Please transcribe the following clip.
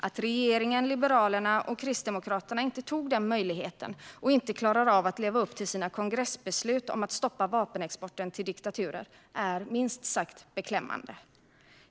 Att regeringen, Liberalerna och Kristdemokraterna inte tog den möjligheten och inte klarar av att leva upp till sina kongressbeslut om att stoppa vapenexporten till diktaturer är minst sagt beklämmande.